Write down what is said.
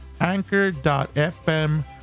anchor.fm